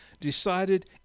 decided